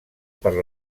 per